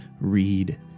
read